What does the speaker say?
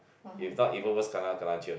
if not even worse kena kena jail